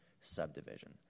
subdivision